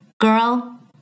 Girl